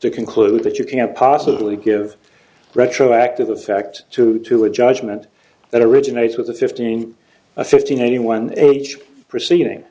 to conclude that you can't possibly give retroactive the facts to to a judgment that originates with a fifteen a fifteen anyone proceeding